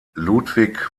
ludwig